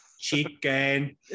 Chicken